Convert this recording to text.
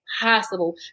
possible